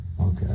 Okay